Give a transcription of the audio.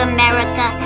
America